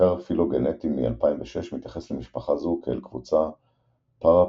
מחקר פילוגנטי מ-2006 מתייחס למשפחה זו כאל קבוצה פרפילטית